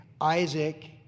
Isaac